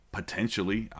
Potentially